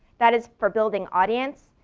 that is for building audience.